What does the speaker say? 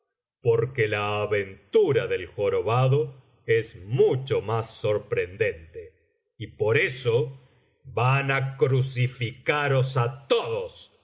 porque la aventura del jorobado es mucho más sorprendente y por eso van á crucificaros á todos